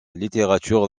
littérature